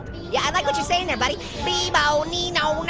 yeah i like what you're saying there. but beamo, neeno.